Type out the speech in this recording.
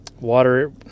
water